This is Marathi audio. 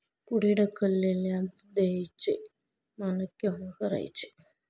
पुढे ढकललेल्या देयचे मानक केव्हा करावे?